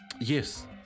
Yes